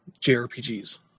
jrpgs